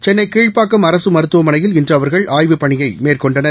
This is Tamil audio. சென்னை கீழ்ப்பாக்கம் அரசு மருத்துவமனையில் இன்று அவர்கள் அய்வுப் பணியை மேற்கொண்டனர்